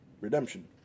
redemption